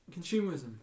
consumerism